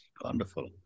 Wonderful